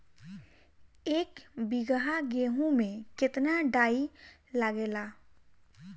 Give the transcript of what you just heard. एक बीगहा गेहूं में केतना डाई लागेला?